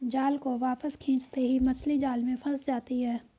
जाल को वापस खींचते ही मछली जाल में फंस जाती है